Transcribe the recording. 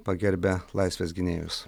pagerbia laisvės gynėjus